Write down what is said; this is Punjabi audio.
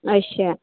ਅੱਛਾ